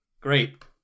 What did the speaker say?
Great